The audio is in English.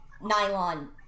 nylon